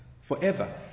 forever